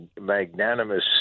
magnanimous